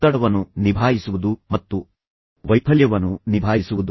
ಒತ್ತಡವನ್ನು ನಿಭಾಯಿಸುವುದು ಮತ್ತು ವೈಫಲ್ಯವನ್ನು ನಿಭಾಯಿಸುವುದು